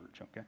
okay